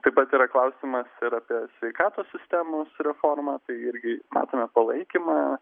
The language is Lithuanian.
taip pat yra klausimas ir apie sveikatos sistemos reformą tai irgi matome palaikymą